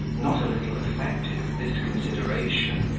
not a little affected with this consideration,